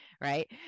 right